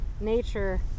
nature